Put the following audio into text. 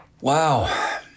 Wow